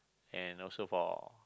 and also for